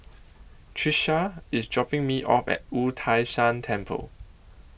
Trisha IS dropping Me off At Wu Tai Shan Temple